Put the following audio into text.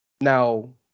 Now